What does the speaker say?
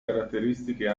caratteristiche